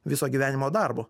viso gyvenimo darbo